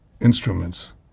instruments